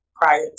prior